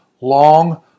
long